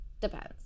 depends